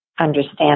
understand